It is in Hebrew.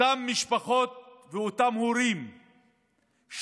אותן משפחות ואותם הורים שעובדים,